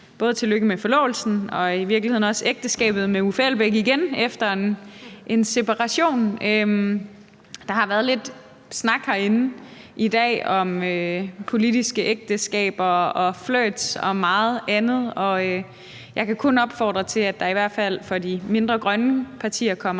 sige tillykke med både forlovelsen og i virkeligheden også ægteskabet med Uffe Elbæk, som er opstået igen efter en separation. Der har været lidt snak herinde i dag om politiske ægteskaber og flirts og meget andet, og jeg kan kun opfordre til, at der i hvert fald for de mindre, grønne partier kommer